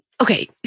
Okay